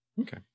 okay